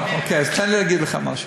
אוקיי, אז תן לי להגיד לך משהו.